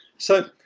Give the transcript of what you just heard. so,